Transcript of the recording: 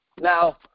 Now